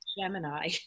Gemini